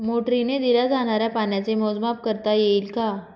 मोटरीने दिल्या जाणाऱ्या पाण्याचे मोजमाप करता येईल का?